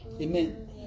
Amen